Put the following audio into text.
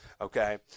okay